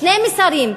שני מסרים,